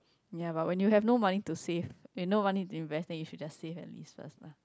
ya but when you have no money to save you no money to invest then you should save at least first lah